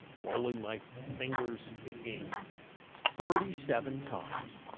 rolling my fingers in ink thirty seven times,